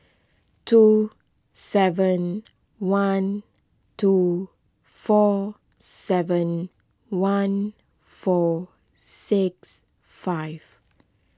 two seven one two four seven one four six five